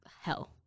hell